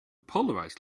polarized